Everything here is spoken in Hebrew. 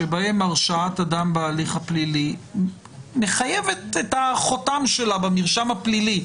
שבהם הרשעת אדם בהליך הפלילי מחייבת רישום במרשם הפלילי.